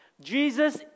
Jesus